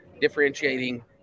differentiating